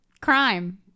Crime